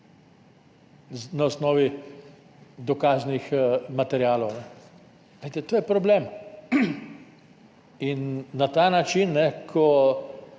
na osnovi dokaznih materialov. To je problem. Na ta način, ko